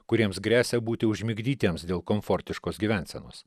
kuriems gresia būti užmigdytiems dėl komfortiškos gyvensenos